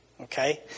Okay